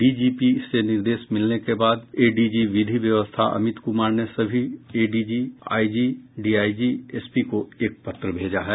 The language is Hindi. डीजीपी से निर्देश मिलने के बाद एडीजी विधि व्यवस्था अमित कुमार ने सभी एडीजी आईजी डीआईजी एसपी को एक पत्र भेजा है